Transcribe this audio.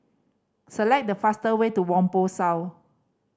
select the faster way to Whampoa South